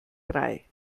drei